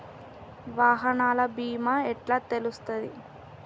వాహనాల బీమా ఎట్ల తెలుస్తది?